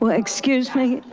um ah excuse me?